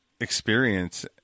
experience